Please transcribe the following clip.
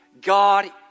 God